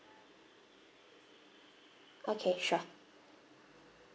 okay sure